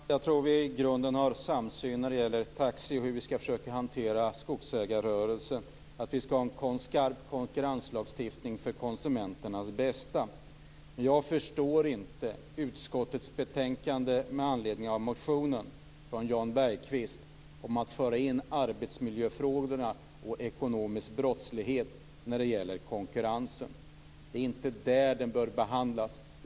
Fru talman! Jag tror att vi i grunden har en samsyn när det gäller taxi och hur vi skall försöka hantera skogsägarrörelsen; att vi skall ha en skarp konkurrenslagstiftning för konsumenternas bästa. Men jag förstår inte utskottets betänkande vad gäller motionen från Jan Bergqvist om att föra in arbetsmiljöfrågor och ekonomisk brottslighet i det här med konkurrensen. Det är inte där dessa frågor bör behandlas.